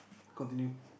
continue